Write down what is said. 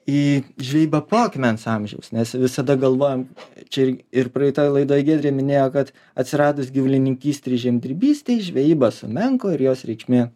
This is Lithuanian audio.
į žvejybą po akmens amžiaus nes visada galvojam čia ir ir praeitoj laidoj giedrė minėjo kad atsiradus gyvulininkystei ir žemdirbystei žvejyba sumenko ir jos reikšmė